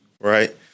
right